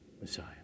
Messiah